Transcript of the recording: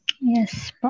Yes